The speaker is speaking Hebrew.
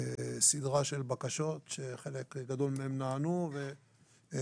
סדרה של בקשות שחלק גדול מהן נענו וטופלו